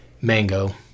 mango